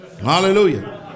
hallelujah